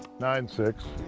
nine six.